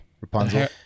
Rapunzel